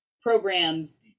programs